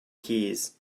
keys